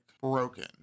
broken